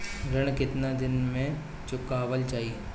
ऋण केतना दिन पर चुकवाल जाइ?